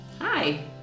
Hi